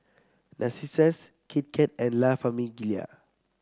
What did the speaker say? Narcissus Kit Kat and La Famiglia